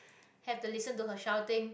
have to listen to her shouting